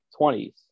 20s